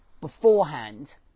beforehand